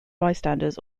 bystanders